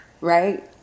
right